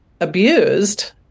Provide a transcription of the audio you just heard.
abused